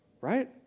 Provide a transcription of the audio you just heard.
right